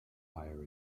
higher